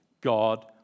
God